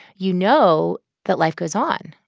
you know that life goes on.